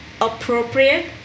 appropriate